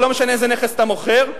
לא משנה איזה נכס אתה מוכר,